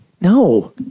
no